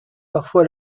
parfois